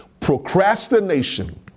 Procrastination